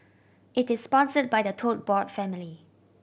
it is sponsored by the Tote Board family